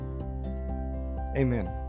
Amen